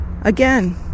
again